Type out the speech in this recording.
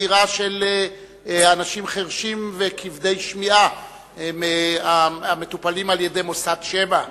צעירה של אנשים חירשים וכבדי שמיעה המטופלים על-ידי מוסד "שמע".